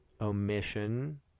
omission